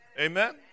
Amen